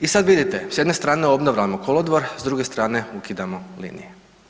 I sad vidite, s jedne strane obnavljamo kolodvor, s druge strane ukidamo linije.